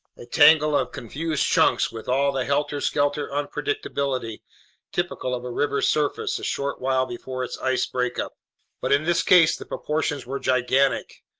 a tangle of confused chunks with all the helter-skelter unpredictability typical of a river's surface a short while before its ice breakup but in this case the proportions were gigantic.